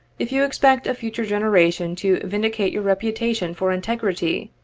if you expect a future generation to vindicate your reputation for integrity,